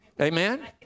Amen